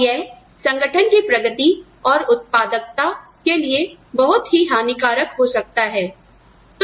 और यह संगठन की प्रगति और उत्पादकता के लिए बहुत ही हानिकारक हो सकता है